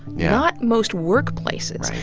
not most workplaces.